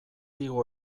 igo